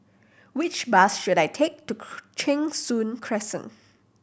which bus should I take to Cheng Soon Crescent